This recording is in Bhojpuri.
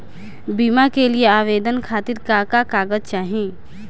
बीमा के लिए आवेदन खातिर का का कागज चाहि?